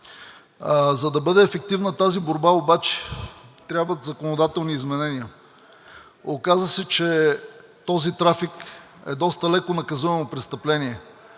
За да бъде ефективна тази борба обаче трябват законодателни изменения. Оказа се, че този трафик е доста леко наказуемо престъпление,